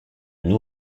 nous